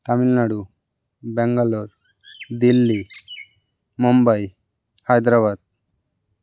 Tamil Nadu Bangalore Delhi Mumbai Hyderabad